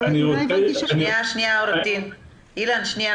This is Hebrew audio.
ששרונה אמרה חידד אצלי משהו.